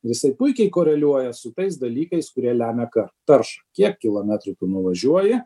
jisai puikiai koreliuoja su tais dalykais kurie lemia ką taršą kiek kilometrų tu nuvažiuoji